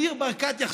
את זה אומר ניר ברקת.